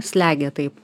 slegia taip